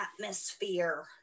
atmosphere